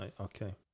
Okay